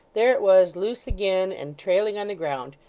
there it was, loose again and trailing on the ground.